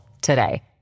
today